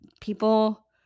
people